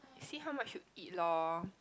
you see how much you eat loh